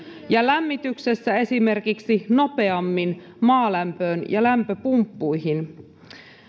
ja lämmityksessä nopeammin esimerkiksi maalämpöön ja lämpöpumppuihin